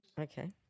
Okay